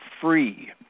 free